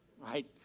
right